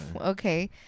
Okay